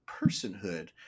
personhood